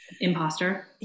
imposter